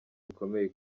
bikomeye